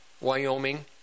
Wyoming